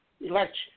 Election